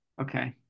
Okay